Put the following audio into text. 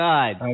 God